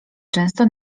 często